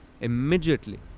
Immediately